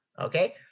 Okay